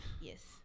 Yes